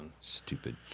Stupid